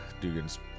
Dugan's